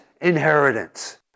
inheritance